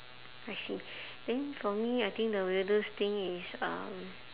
I see then for me I think the weirdest thing is um